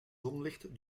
zonlicht